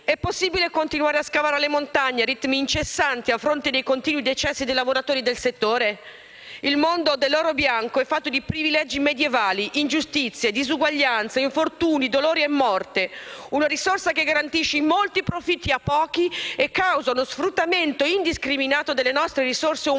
È possibile continuare a scavare le montagne a ritmi incessanti a fronte dei continui decessi dei lavoratori del settore? Il mondo dell'oro bianco è fatto di privilegi medievali, ingiustizie, disuguaglianze, infortuni, dolore e morte. Una risorsa che garantisce molti profitti a pochi e causa uno sfruttamento indiscriminato delle nostre risorse umane